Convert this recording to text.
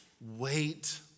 wait